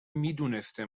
میدونسته